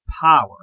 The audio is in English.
power